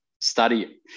study